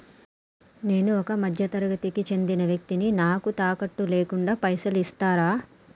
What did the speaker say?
నేను ఒక మధ్య తరగతి కి చెందిన వ్యక్తిని నాకు తాకట్టు లేకుండా పైసలు ఇస్తరా?